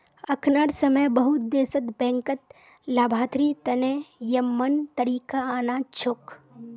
अखनार समय बहुत देशत बैंकत लाभार्थी तने यममन तरीका आना छोक